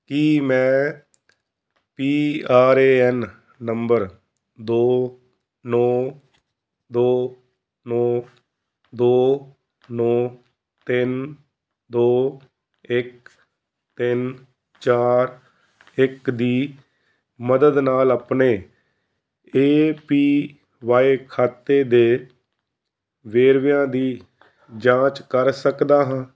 ਕੀ ਮੈਂ P R A N ਨੰਬਰ ਦੋ ਨੌਂ ਦੋ ਨੌਂ ਦੋ ਨੌਂ ਤਿੰਨ ਦੋ ਇੱਕ ਤਿੰਨ ਚਾਰ ਇੱਕ ਦੀ ਮਦਦ ਨਾਲ ਆਪਣੇ ਏ ਪੀ ਵਾਏ ਖਾਤੇ ਦੇ ਵੇਰਵਿਆਂ ਦੀ ਜਾਂਚ ਕਰ ਸਕਦਾ ਹਾਂ